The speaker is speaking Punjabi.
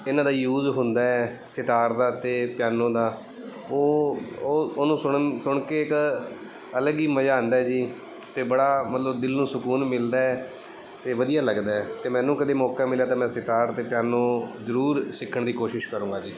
ਇਹਨਾਂ ਦਾ ਯੂਜ ਹੁੰਦਾ ਸਿਤਾਰ ਦਾ ਅਤੇ ਪਿਆਨੋ ਦਾ ਉਹ ਉਹ ਉਹਨੂੰ ਸੁਣਨ ਸੁਣ ਕੇ ਇੱਕ ਅਲੱਗ ਹੀ ਮਜ਼ਾ ਆਉਂਦਾ ਜੀ ਅਤੇ ਬੜਾ ਮਤਲਬ ਦਿਲ ਨੂੰ ਸਕੂਨ ਮਿਲਦਾ ਅਤੇ ਵਧੀਆ ਲੱਗਦਾ ਅਤੇ ਮੈਨੂੰ ਕਦੇ ਮੌਕਾ ਮਿਲਿਆ ਤਾਂ ਮੈਂ ਸਿਤਾਰ ਅਤੇ ਪਿਆਨੋ ਜ਼ਰੂਰ ਸਿੱਖਣ ਦੀ ਕੋਸ਼ਿਸ਼ ਕਰੂੰਗਾ ਜੀ